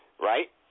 Right